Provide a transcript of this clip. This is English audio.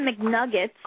McNuggets